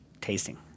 Tasting